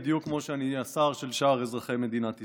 בדיוק כמו שאני השר של שאר אזרחי מדינת ישראל,